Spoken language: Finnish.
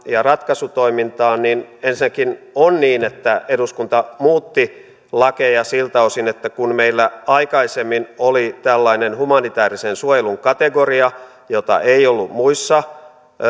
ja ratkaisutoimintaan niin ensinnäkin on niin että eduskunta muutti lakeja siltä osin että kun meillä aikaisemmin oli tällainen humanitäärisen suojelun kategoria jota ei ollut muissa